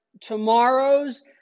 tomorrows